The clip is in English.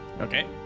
Okay